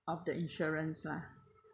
of the insurance lah